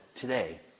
today